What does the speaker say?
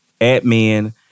admin